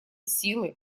силы